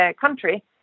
country